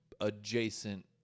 adjacent